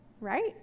right